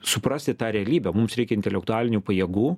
suprasti tą realybę mums reikia intelektualinių pajėgų